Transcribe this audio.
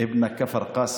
(אומר בערבית: בן כפר קאסם).